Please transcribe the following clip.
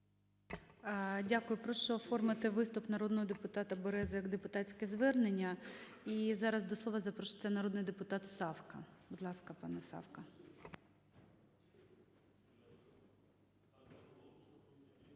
Дякую. Прошу оформити виступ народного депутата Берези як депутатське звернення. І зараз до слова запрошується народний депутат Савка. Будь ласка, пане Савка.